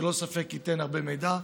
שללא ספק ייתן הרבה מידע.